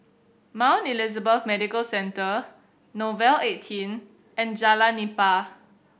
Mount Elizabeth Medical Centre Nouvel Eighteen and Jalan Nipah